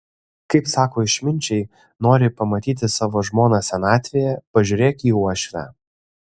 kaip sako išminčiai nori pamatyti savo žmoną senatvėje pažiūrėk į uošvę